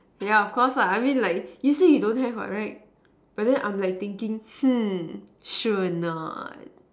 yeah of cause lah I mean like you say you don't have what but then I'm thinking sure or not